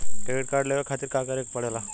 Credit card लेवे खातिर का करे के पड़ेला?